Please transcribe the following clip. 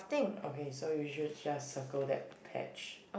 okay so you should just circle that patch